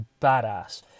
badass